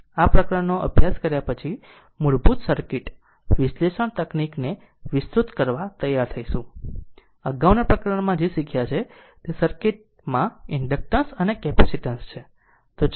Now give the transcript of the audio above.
આ પ્રકરણોનો અભ્યાસ કર્યા પછી મૂળભૂત સર્કિટ વિશ્લેષણ તકનીકને વિસ્તૃત કરવા તૈયાર થઈશું અગાઉના પ્રકરણમાં જે શીખ્યા છે તે સર્કિટ માં ઇન્ડક્ટન્સ અને કેપેસિટેન્સ છે